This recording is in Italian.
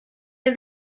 nel